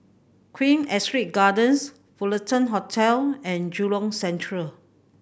Queen Astrid Gardens Fullerton Hotel and Jurong Central